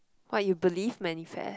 what you believe manifest